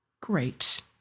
Great